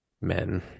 men